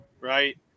Right